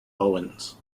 owens